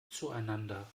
zueinander